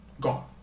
gone